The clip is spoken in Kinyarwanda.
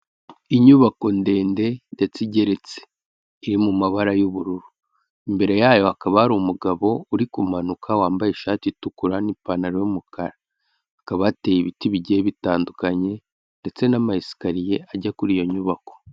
Inyubako ndende ndetse igeretse iri mu mabara y'ubururu imbere yayo hakaba hari umugabo uri kumanuka wambaye ishati itukura ,n'ipantaro y'umukara inyuma yayo hakaba hateye ibiti bigiye bitandukanye ndetse n'amasikariye ajya kuri iyo nyubako.